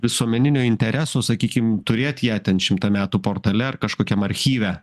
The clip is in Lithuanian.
visuomeninio intereso sakykim turėt ją ten šimtą metų portale ar kažkokiam archyve